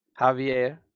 Javier